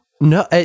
no